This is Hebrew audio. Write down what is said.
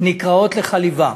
נקראות לחליבה: